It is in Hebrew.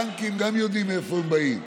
גם טנקים יודעים מאיפה הם באים.